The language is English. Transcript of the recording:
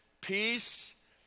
Peace